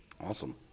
Awesome